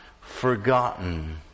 forgotten